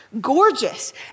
gorgeous